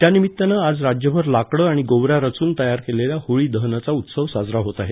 त्यानिमित्तानं आज राज्यभर लाकडं आणि गोवऱ्या रचून तयार केलेल्या होळी दहनाचा उत्सव साजरा होत आहे